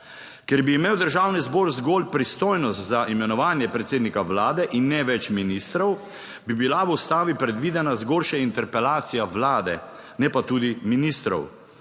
Ker bi imel Državni zbor zgolj pristojnost za imenovanje predsednika vlade in ne več ministrov, bi bila v ustavi predvidena zgolj še interpelacija vlade, ne pa tudi ministrov.